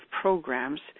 programs